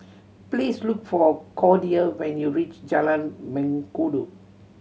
please look for Cordia when you reach Jalan Mengkudu